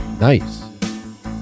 nice